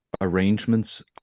arrangements